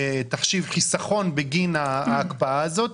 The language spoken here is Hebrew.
תחשיב חיסכון בגין ההקפאה הזאת,